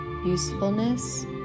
Usefulness